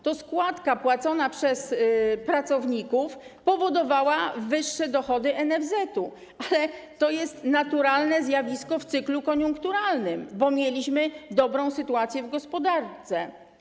To składka płacona przez pracowników powodowała wyższe dochody NFZ-u, ale to jest naturalne zjawisko w cyklu koniunkturalnym, bo mieliśmy dobrą sytuację w gospodarce.